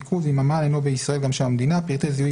שהגיש בקשת מידע," פה בשביל שהמבקש יהיה גורם בכיר שמרכז את הבקשה,